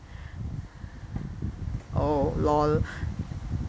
oh LOL